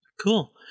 cool